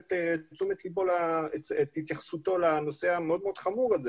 את התייחסותו לנושא המאוד מאוד חמור הזה,